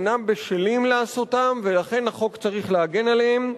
אינם בשלים לעשותן, ולכן החוק צריך להגן עליהם.